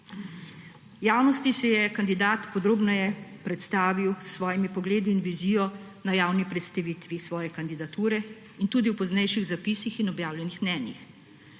Javnosti se je kandidat podrobneje predstavil s svojimi pogledi in vizijo na javni predstavitvi svoje kandidature in tudi v poznejših zapisih in objavljenih mnenjih.